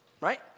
right